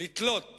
לתלות